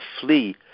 flee